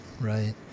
right